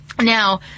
Now